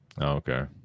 okay